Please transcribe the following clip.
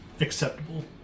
acceptable